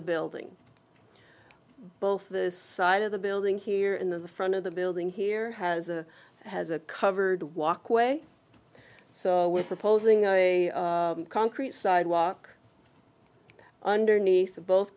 the building both this side of the building here in the front of the building here has a has a covered walkway so we're proposing a concrete sidewalk underneath of both